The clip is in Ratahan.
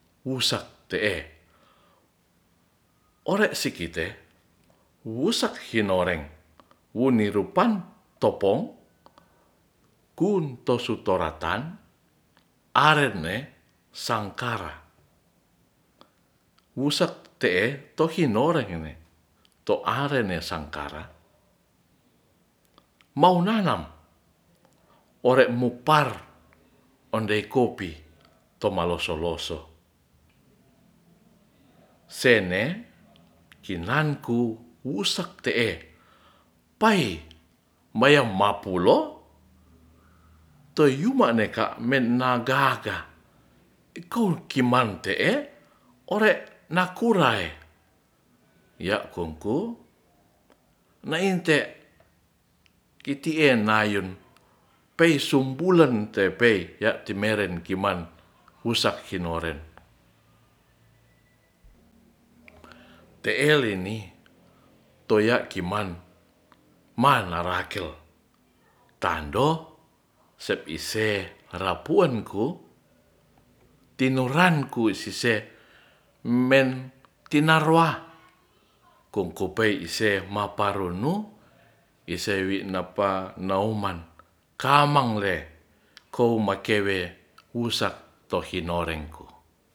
Wusak te'e ore' sikite wusak hinoreng wo nirupan topong kun tosu toratan arene sangkara wusak te'e toarene sangkara maunanam ore mu par ondei kopi toma loso loso sene kinanku wusak te'e pai maya mapulo teyuma neka negaga iku kiman te'e ore' nakulae ya' kungku mainte kitie nayun pesumbulen te pei' ya kimeren kiman wusak hinoren te'e leni toya kiman manarakel tando sepise rapuanku tinuranku isese tinaroa kunkupei ise paparunu ise winapa nauman kamangle kuo makewe wusak to hinorengku.